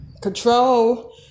Control